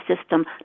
system